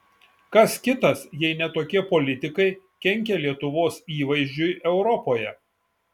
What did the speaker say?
kas kitas jei ne tokie politikai kenkia lietuvos įvaizdžiui europoje